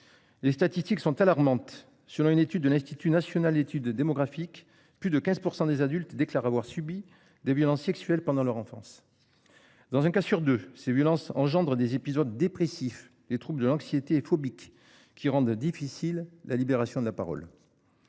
Les statistiques sont alarmantes, selon une étude de l'Institut national d'études démographiques. Plus de 15% des adultes déclare avoir subi des violences sexuelles pendant leur enfance. Dans un cas sur de ces violences engendre des épisodes dépressifs, les troupes de l'anxiété phobique qui rendent difficile la libération de la parole.